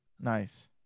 Nice